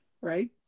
right